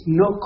no